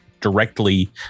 directly